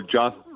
John